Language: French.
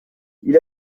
ils